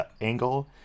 angle